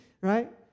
right